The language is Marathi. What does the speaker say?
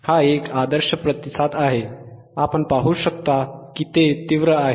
हा एक आदर्श प्रतिसाद आहे आपण पाहू शकता की ते तीव्र आहे